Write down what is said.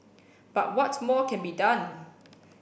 but what more can be done